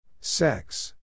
Sex